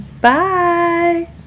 Bye